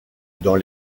dans